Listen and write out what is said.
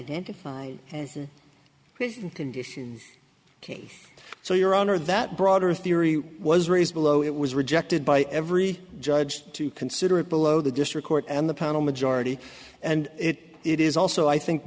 present condition case so your honor that broader theory was raised below it was rejected by every judge to consider it below the district court and the panel majority and it it is also i think